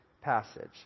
passage